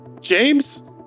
James